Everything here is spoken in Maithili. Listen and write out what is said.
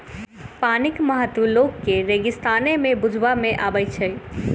पानिक महत्व लोक के रेगिस्ताने मे बुझबा मे अबैत छै